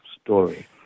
story